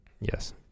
yes